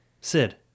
Sid